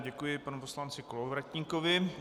Děkuji panu poslanci Kolovratníkovi.